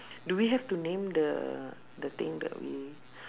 do we have to name the the thing that we